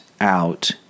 out